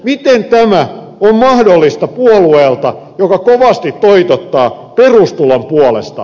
miten tämä on mahdollista puolueelta joka kovasti toitottaa perustulon puolesta